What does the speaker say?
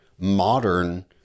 modern